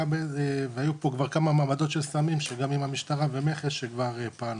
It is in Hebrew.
והיו פה כבר כמה מעבדות של סמים שגם עם המשטרה ומכס שכבר פעלו,